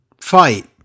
Fight